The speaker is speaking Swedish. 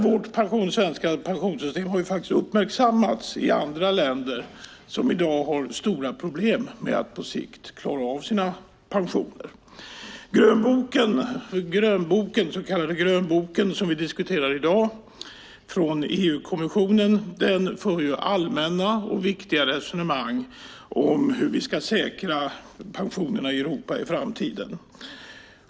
Vårt svenska pensionssystem har uppmärksammats i andra länder som i dag har stora problem med att på sikt klara av sina pensioner. I den så kallade grönboken från EU-kommissionen som vi i dag här diskuterar förs allmänna och viktiga resonemang om hur vi säkrar pensionerna i Europa i framtiden.